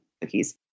cookies